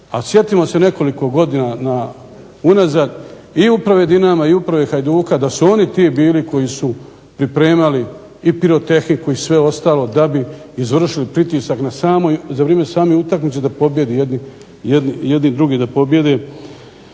sjetimo se nekoliko godina unazad i Uprave Dinama i Uprave Hajduka da su oni ti bili koji su pripremali i pirotehniku i sve ostalo da bi izvršili pritisak za vrijeme same utakmice da pobijede jedni, jedni druge da pobijede.